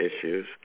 issues